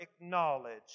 acknowledge